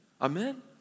Amen